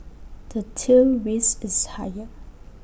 the tail risk is higher